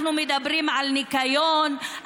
אנחנו מדברים על ניקיון,